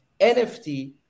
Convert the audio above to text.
NFT